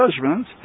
judgment